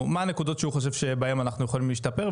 הנקודות שהוא חושב שבהן אנחנו יכולים להשתפר.